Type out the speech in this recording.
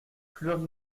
plus